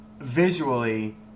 visually